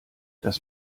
das